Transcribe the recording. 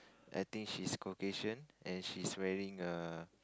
I think she is Caucasian and she is wearing a